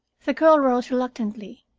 the girl rose reluctantly,